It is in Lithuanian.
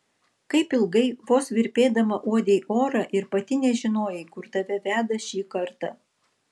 kaip ilgai vos virpėdama uodei orą ir pati nežinojai kur tave veda šį kartą